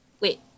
Wait